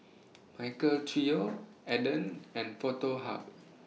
Michael Trio Aden and Foto Hub